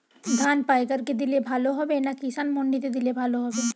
ধান পাইকার কে দিলে ভালো হবে না কিষান মন্ডিতে দিলে ভালো হবে?